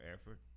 effort